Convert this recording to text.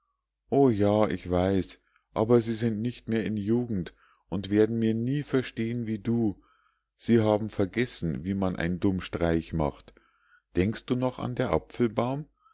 o ja ich weiß aber sie sind nicht mehr in jugend und werden mir nie verstehn wie du sie haben vergessen wie man ein dumm streich macht denkst du noch an der apfelbaum